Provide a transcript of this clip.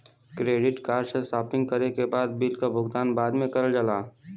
credit card से shopping करे के बाद बिल क भुगतान बाद में करल जाला